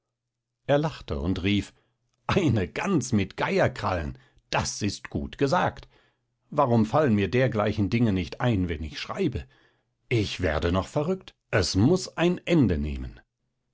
er lachte und rief eine gans mit geierkrallen das ist gut gesagt warum fallen mir dergleichen dinge nicht ein wenn ich schreibe ich werde noch verrückt es muß ein ende nehmen